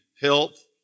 health